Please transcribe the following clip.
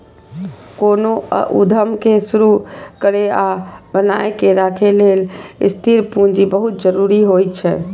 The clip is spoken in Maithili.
कोनो उद्यम कें शुरू करै आ बनाए के राखै लेल स्थिर पूंजी बहुत जरूरी होइ छै